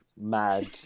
Mad